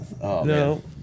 No